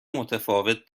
متفاوت